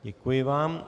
Děkuji vám.